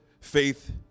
faith